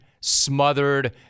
smothered